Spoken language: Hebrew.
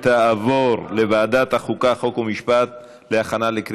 התשע"ט 2018, לוועדת החוקה, חוק ומשפט נתקבלה.